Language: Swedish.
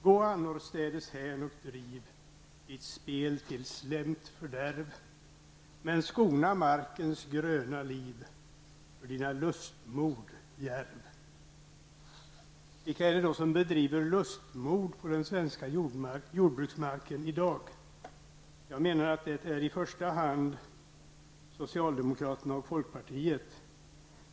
Gå annorstädes hän och driv ditt spel till slemt fördärv men skona markens gröna liv Vilka är det då som begår lustmord på den svenska jordbruksmarken i dag? Jag menar att det i första hand är socialdemokraterna och folkpartiet.